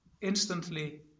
Instantly